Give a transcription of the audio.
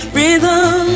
rhythm